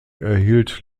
erhielt